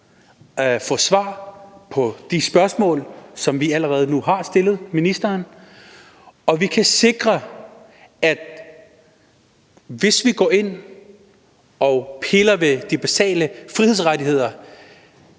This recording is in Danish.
kan få svar på de spørgsmål, som vi allerede nu har stillet ministeren, og så vi kan sikre, at der, hvis vi går ind og piller ved de basale frihedsrettigheder,